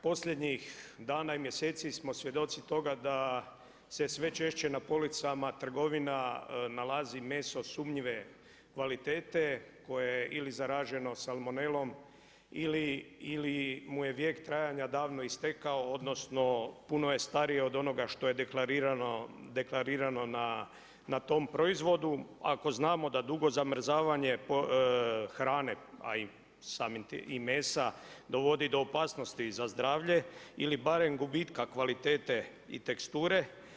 Posljednjih dana i mjeseci smo svjedoci toga, da se sve češće na policama trgovina nalazi meso sumnjive kvalitete, koje je ili zaraženo salmonelom ili mu je vijek trajanja davno istekao, odnosno, puno je stariji od onoga što je deklarirano na tom proizvodu, ako znamo da dugo zamrzavanje hrane, a i samim tim i mesa, dovodi do opasnosti za zdravlje ili barem gubitka kvalitete i teksture.